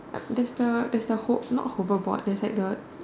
there's the there's the hole not hoverboard there's like the